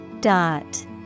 Dot